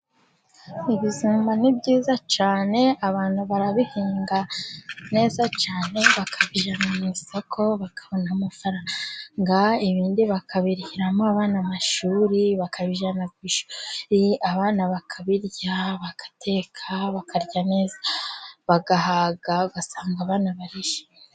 Ibijumba ni byiza cyane, abantu barabihinga neza cyane, bakabijyana mu isoko bakabona amafaranga, ibindi bakabirihiramo abana amashuri, bakabijyana ku ishuri abana bakabirya, bagateka, bakarya neza bagahaga, ugasanga barishimye.